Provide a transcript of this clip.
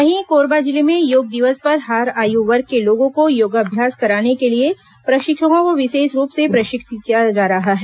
वहीं कोरबा जिले में योग दिवस पर हर आयु वर्ग के लोगों को योगाभ्यास कराने के लिए प्रशिक्षकों को विशेष रूप से प्रशिक्षित किया जा रहा है